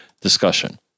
discussion